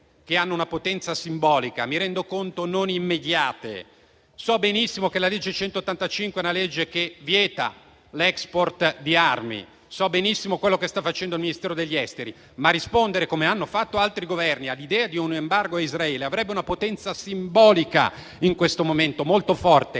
che hanno una potenza simbolica, anche se, me ne rendo conto, non immediate. So benissimo che la legge n. 185 del 1990 vieta l'*export* di armi e so benissimo quello che sta facendo il Ministero degli affari esteri, ma rispondere, come hanno fatto altri Governi, all'idea di un *embargo* a Israele avrebbe una potenza simbolica molto forte